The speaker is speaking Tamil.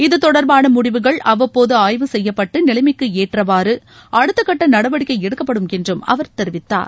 இத்தொடர்பானன முடிவுகள் அவ்வப்போது ஆய்வு செய்யப்பட்டு நிலைமைக்கு ஏற்றவாறு அடுத்த கட்ட நடவடிக்கை எடுக்கப்படும் என்று அவர் தெரிவித்தார்